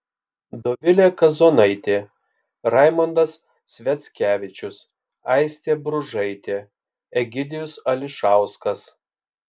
dovilė kazonaitė raimondas sviackevičius aistė bružaitė egidijus ališauskas